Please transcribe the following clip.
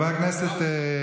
גם אנחנו לומדים תורה,